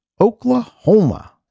Oklahoma